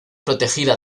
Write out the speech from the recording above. protegida